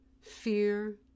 Fear